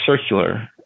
circular